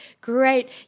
Great